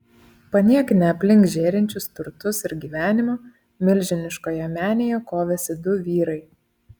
paniekinę aplink žėrinčius turtus ir gyvenimą milžiniškoje menėje kovėsi du vyrai